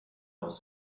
aus